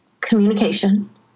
communication